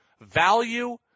value